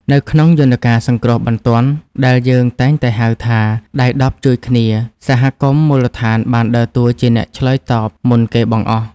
នៅក្នុងយន្តការសង្គ្រោះបន្ទាន់ដែលយើងតែងតែហៅថា ដៃដប់ជួយគ្នា សហគមន៍មូលដ្ឋានបានដើរតួជាអ្នកឆ្លើយតបមុនគេបង្អស់។